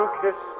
kiss